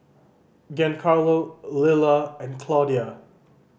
Giancarlo Lilla and Claudia